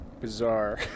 Bizarre